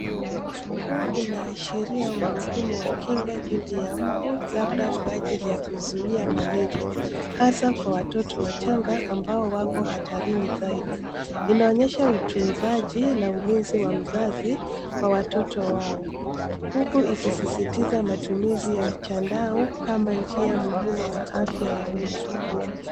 Huu inaashiria umuhimu wa kinga dhidi ya mbu labda kwa ajili ya kuzuia malaria, hasa kwa watoto wachanga ambao wako kwa hatarini zaidi. Inaonyesha utunzaji na ulinzi wa mzazi kwa watoto wao. Huku ikisisitiza matumizi cha chandau kama njia muhimu wa afya ya uma.